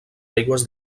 aigües